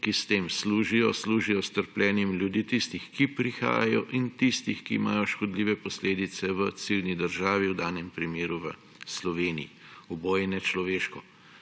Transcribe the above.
ki s tem služijo; služijo s trpljenjem ljudi, tistih, ki prihajajo, in tistih, ki imajo škodljive posledice v cilji državi, v danem primeru v Sloveniji. Oboje je nečloveško.